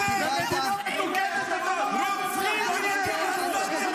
לדבר על מקום שממנו אתה שותה ואוכל.